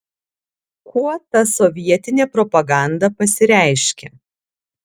kuo ta sovietinė propaganda pasireiškė